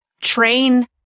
train